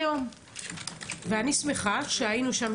אני שמחה שהיינו שם,